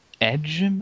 Edge